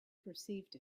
perceived